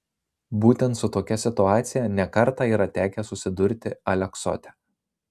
būtent su tokia situacija ne kartą yra tekę susidurti aleksote